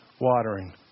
watering